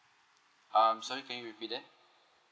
um sorry can you repeat that